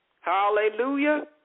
Hallelujah